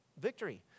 victory